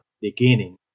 beginning